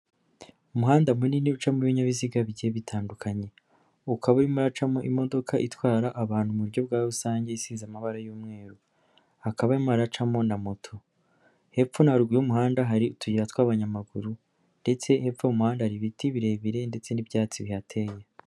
Umuhanda munini ucamo ibinyabiziga bigiye bitandukanye, ukaba urimo gucamo imodoka itwara abantu mu buryo bwa rusange. Isize amabara y'umweru, hakaba harimo haracamo na moto, hepfo na ruguru y'umuhanda hari utuyira tw'abanyamaguru ndetse hepfo y'umuhanda hari ibiti birebire ndetse n'ibyatsi bihateye.